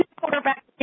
quarterback